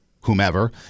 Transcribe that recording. whomever